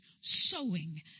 sowing